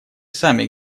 сами